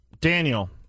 Daniel